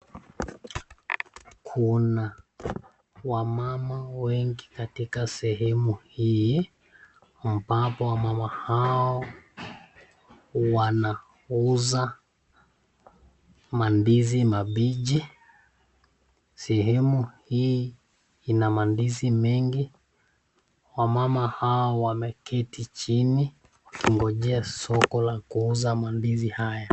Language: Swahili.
Kuna wamama wengi katika sehemu hii ambapo wamama hao wanauza mandizi mabichi. Sehemu hii ina mandizi mengi. Wamama hao wameketi chini kungojea soko la kuuza mandizi haya.